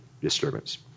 disturbance